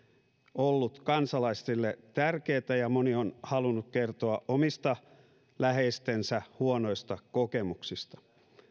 ollut tärkeätä myös kansalaisille ja moni on halunnut kertoa omien läheistensä huonoista kokemuksista